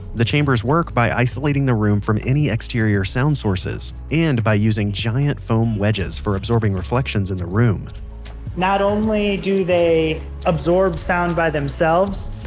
the chambers work by isolating the room from any exterior sound sources and using giant foam wedges for absorbing reflections in the room not only do they absorb sound by themselves,